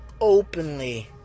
openly